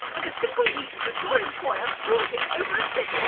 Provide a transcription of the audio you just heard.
but the simple reason that your employer threw him over a cliff!